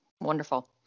Wonderful